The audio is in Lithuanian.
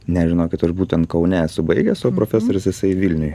ne žinokit aš būtent kaune esu baigęs o profesorius jisai vilniuje